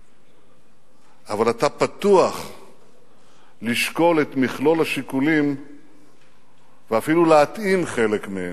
אבל אתה פתוח לשקול את מכלול השיקולים ואפילו להתאים חלק מהם,